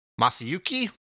Masayuki